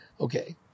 okay